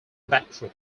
battery